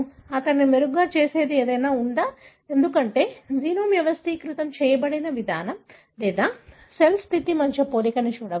అతడిని మెరుగ్గా చేసేది ఏదైనా ఉందా ఎందుకంటే జీనోమ్ వ్యవస్థీకృతం చేయబడిన విధానం లేదా సెల్ స్థితి మధ్య పోలికను చూడవచ్చు